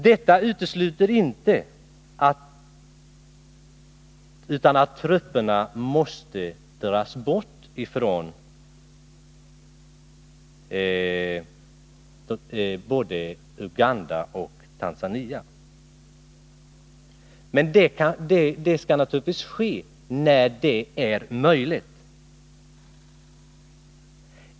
Detta utesluter inte att trupperna måste dras bort ifrån både Uganda och Tanzania. Det skall naturligtvis ske när så blir möjligt.